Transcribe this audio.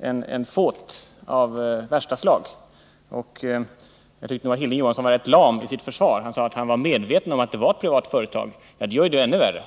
felbedömning av värsta slag. Jag tycker nog att Hilding Johansson var rätt lam i sitt försvar. Han sade att han var medveten om att det var fråga om ett privat företag, och det gör saken ännu värre.